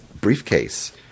briefcase